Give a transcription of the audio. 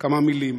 כמה מילים,